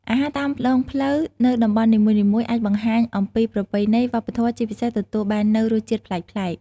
អាហារតាមដងផ្លូវនៅតំបន់នីមួយៗអាចបង្ហាញអំពីប្រពៃណី វប្បធម៌ ជាពិសេសទទួលបាននូវរសជាតិប្លែកៗ។